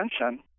attention